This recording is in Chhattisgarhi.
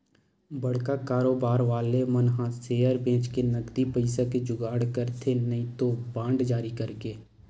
बड़का कारोबार वाले मन ह सेयर बेंचके नगदी पइसा के जुगाड़ करथे नइते बांड जारी करके